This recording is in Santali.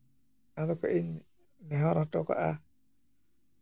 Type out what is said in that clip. ᱟᱫᱚ ᱠᱟᱹᱡ ᱤᱧ ᱱᱮᱦᱚᱨ ᱦᱚᱴᱚ ᱠᱟᱜᱼᱟ